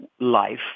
life